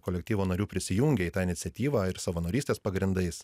kolektyvo narių prisijungė į tą iniciatyvą ir savanorystės pagrindais